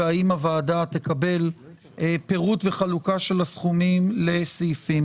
והאם הוועדה תקבל פירוט וחלוקה של הסכומים לסעיפים?